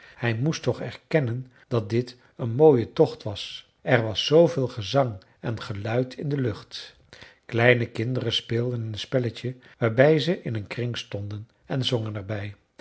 hij moest toch erkennen dat dit een mooie tocht was er was zooveel gezang en geluid in de lucht kleine kinderen speelden een spelletje waarbij ze in een kring stonden en zongen er